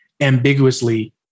Ambiguously